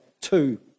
two